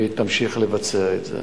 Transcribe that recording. והיא תמשיך לבצע את זה.